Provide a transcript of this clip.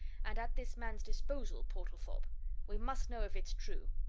and at this man's disposal, portlethorpe we must know if it's true!